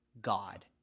God